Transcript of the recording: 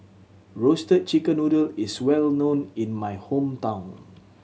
Roasted Chicken Noodle is well known in my hometown